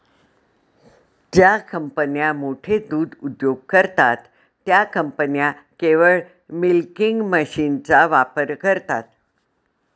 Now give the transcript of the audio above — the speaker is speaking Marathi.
ज्या कंपन्या मोठे दूध उद्योग करतात, त्या कंपन्या केवळ मिल्किंग मशीनचा वापर करतात